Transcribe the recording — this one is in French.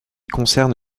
concerne